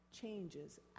changes